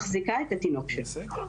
מחזיקה את התינוק שלי.